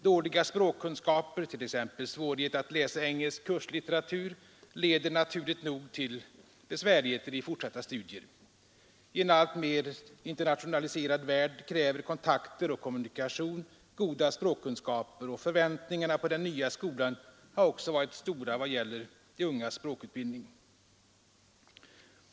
Dåliga språkkunskaper, t.ex. svårighet att läsa engelsk kurslitteratur, leder naturligt nog till besvärligheter i fortsatta studier. I en alltmer internationaliserad värld kräver kontakter och kommunikation goda språkkunskaper, och förväntningarna på den nya skolan har också varit stora i vad avser de ungas språkutbildning.